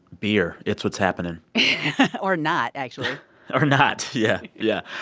beer it's what's happening or not, actually or not. yeah, yeah.